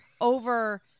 over